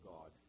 God